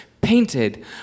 painted